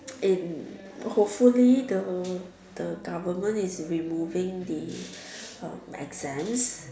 in hopefully the the government is removing the uh exams